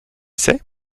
sait